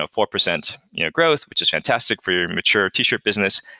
ah four percent you know growth, which is fantastic for your mature t-shirt business,